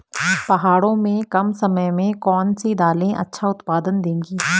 पहाड़ों में कम समय में कौन सी दालें अच्छा उत्पादन देंगी?